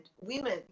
women